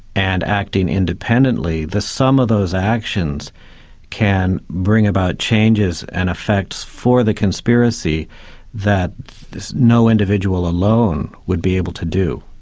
and acting independently, the sum of those actions can bring about changes and effects for the conspiracy that no individual alone would be able to do.